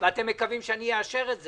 ואתם מקווים שאני אאשר את זה?